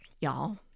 y'all